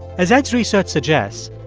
as ed's research suggests,